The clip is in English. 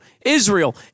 Israel